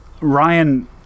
ryan